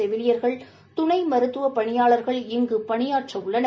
செவிலியர்கள் துணைமருத்துவப் பணியாளர்கள் இங்கு பணியாற்றவுள்ளனர்